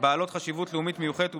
בעלות חשיבות לאומית מיוחדת,